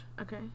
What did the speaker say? Okay